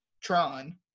Tron